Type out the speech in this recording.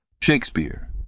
Shakespeare